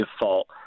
default